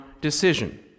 decision